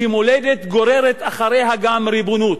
שמולדת גוררת אחריה גם ריבונות.